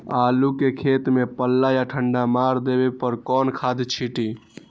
आलू के खेत में पल्ला या ठंडा मार देवे पर कौन खाद छींटी?